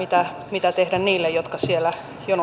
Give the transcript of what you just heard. mitä tehdä niille jotka siellä jonossa